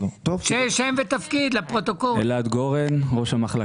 אדוני, הערה